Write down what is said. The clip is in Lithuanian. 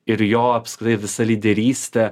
ir jo apskritai visa lyderystė